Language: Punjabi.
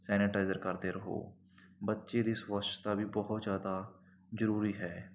ਸੈਨੇਟਾਈਜ਼ਰ ਕਰਦੇ ਰਹੋ ਬੱਚੇ ਦੀ ਸਵੱਛਤਾ ਵੀ ਬਹੁਤ ਜ਼ਿਆਦਾ ਜ਼ਰੂਰੀ ਹੈ